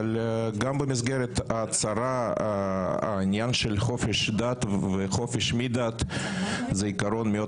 אבל גם במסגרת ההצהרה העניין של חופש דת וחופש מדת הוא עקרון מאוד